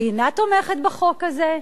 שהיא אינה תומכת בחוק הזה,